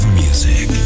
music